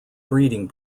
breeding